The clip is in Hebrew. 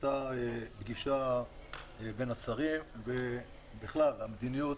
הייתה פגישה בין השרים, והמדיניות